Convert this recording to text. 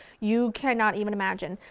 you cannot even imagine,